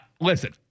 Listen